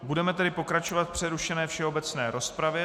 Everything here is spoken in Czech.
Budeme tedy pokračovat v přerušené všeobecné rozpravě.